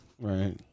Right